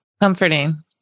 Comforting